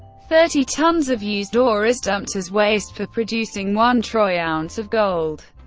thirty tons of used ore is dumped as waste for producing one troy ounce of gold.